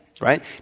Right